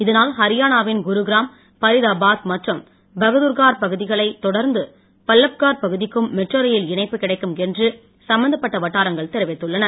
இதனால் ஹரியானா வின் குருகிராம் பரீதாபாத் மற்றும் பகதுர்கார் பகுதிகளைத் தொடர்ந்து பல்லப்கார் பகுதிக்கும் மெட்ரோ ரயில் இணைப்பு கிடைக்கும் என்று சம்பந்தப்பட்ட வட்டாரங்கள் தெரிவித்துள்ளன